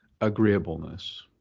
agreeableness